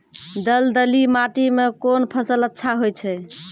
दलदली माटी म कोन फसल अच्छा होय छै?